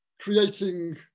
creating